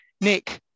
nick